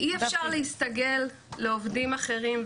אי אפשר להסתגל לעובדים אחרים,